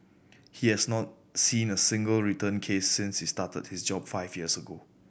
he has not seen a single return case since he started his job five years ago